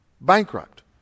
bankrupt